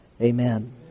Amen